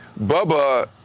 Bubba